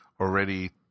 already